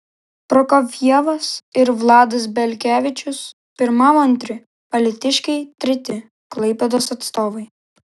prokofjevas ir vladas belkevičius pirmavo antri alytiškiai treti klaipėdos atstovai